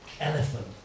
elephant